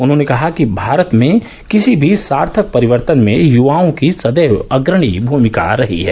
उन्होंने कहा कि भारत में किसी भी सार्थक परिवर्तन में यूवाओं की सदैव अग्रणी भूमिका रही है